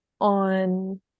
on